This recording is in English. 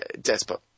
despot